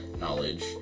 knowledge